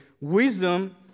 Wisdom